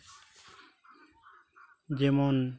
ᱡᱮᱢᱚᱱ